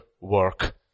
work